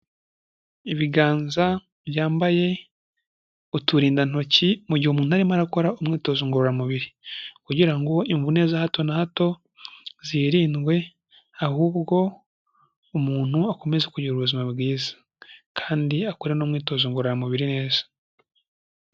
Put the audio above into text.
Ibiganza byambaye uturindantoki mu gihe umuntu arimo gukora umwitozo ngorora mubiri, kugira ngo imvune za hato na hato zirindwe ahubwo umuntu akomeze kugira ubuzima bwiza kandi akore n'umwitozo ngorora mubiri neza.